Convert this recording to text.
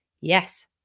Yes